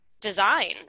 design